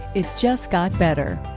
it just got better.